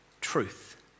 truth